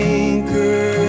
anchor